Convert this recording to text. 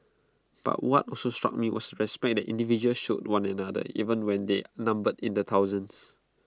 but what also struck me was respect that individuals showed one another even when they numbered in the thousands